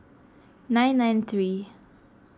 nine nine three